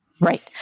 Right